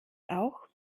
auch